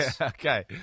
Okay